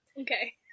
Okay